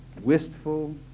wistful